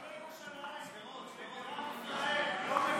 גם לירושלים לא מגיעים,